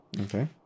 Okay